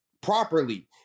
properly